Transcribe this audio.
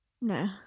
No